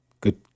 good